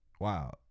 wow